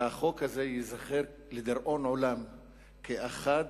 והחוק הזה ייזכר לדיראון עולם כאחד